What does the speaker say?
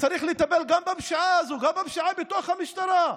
צריך לטפל גם בפשיעה הזו, גם בפשיעה בתוך המשטרה.